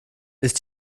ist